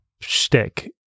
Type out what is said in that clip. shtick